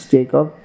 Jacob